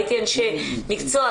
ראיתי אנשי מקצוע,